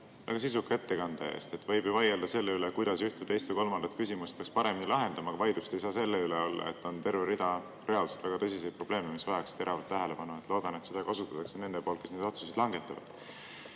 väga sisuka ettekande eest! Võib ju vaielda selle üle, kuidas üht või teist või kolmandat küsimust peaks paremini lahendama, aga vaidlust ei saa olla selle üle, et on terve rida reaalselt väga tõsiseid probleeme, mis vajaks teravat tähelepanu. Loodan, et seda kasutavad need, kes neid otsuseid langetavad,